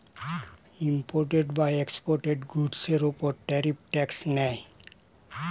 imported বা exported গুডসের উপর ট্যারিফ ট্যাক্স নেয়